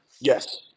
yes